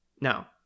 Now